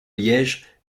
liège